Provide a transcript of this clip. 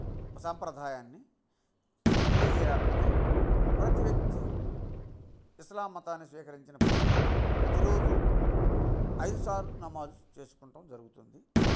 సాంప్రదాయాన్ని తెలియజేయాలంటే ప్రతీ వ్యక్తి ఇస్లాం మతాన్ని స్వీకరించిన ప్రతి వ్యక్తి ప్రతిరోజు ఐదు సార్లు నమాజ్ చేసుకోవడం జరుగుతుంది